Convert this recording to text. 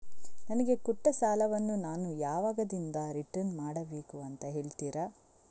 ನನಗೆ ಕೊಟ್ಟ ಸಾಲವನ್ನು ನಾನು ಯಾವಾಗದಿಂದ ರಿಟರ್ನ್ ಮಾಡಬೇಕು ಅಂತ ಹೇಳ್ತೀರಾ?